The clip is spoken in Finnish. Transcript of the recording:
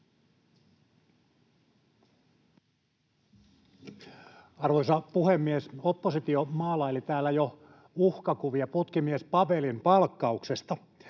Arvoisa puhemies! Oppositio maalaili täällä jo uhkakuvia putkimies Pavelin palkkauksesta.